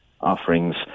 offerings